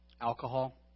alcohol